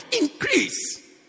increase